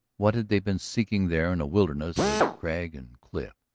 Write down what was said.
what had they been seeking there in a wilderness of crag and cliff?